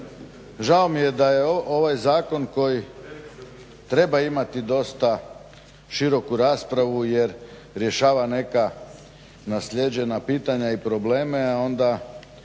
Žao mi je da je ovaj zakon koji treba imati dosta široku raspravu jer rješava neka naslijeđena pitanja i probleme, a onda